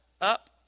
up